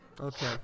okay